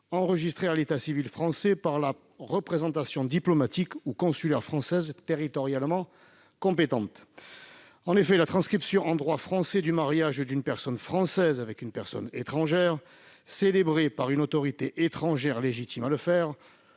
enregistrés à l'état civil français par la représentation diplomatique ou consulaire française territorialement compétente. En effet, la transcription, en droit français, du mariage d'une personne française avec une personne étrangère, célébré par une autorité étrangère légitime pour le faire,